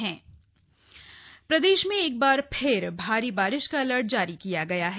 मौसम अपडेट प्रदेश में एक बार फिर भारी बारिश का अलर्ट जारी किया गया है